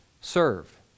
serve